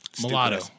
mulatto